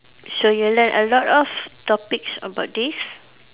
so you learn a lot of topics about this